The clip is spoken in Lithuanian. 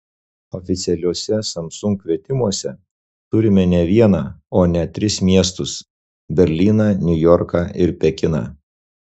oficialiuose samsung kvietimuose turime ne vieną o net tris miestus berlyną niujorką ir pekiną